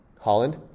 Holland